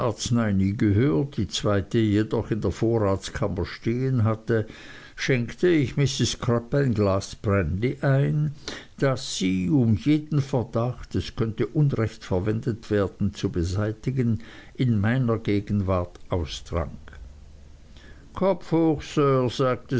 gehört die zweite jedoch in der vorratskammer stehen hatte schenkte ich mrs crupp ein glas brandy ein das sie um jeden verdacht es könnte unrecht verwendet werden zu beseitigen in meiner gegenwart austrank kopf hoch sir sagte